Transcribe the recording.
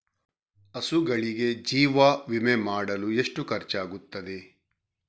ಹಸುಗಳಿಗೆ ಜೀವ ವಿಮೆ ಮಾಡಲು ಎಷ್ಟು ಖರ್ಚಾಗುತ್ತದೆ?